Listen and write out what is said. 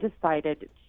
decided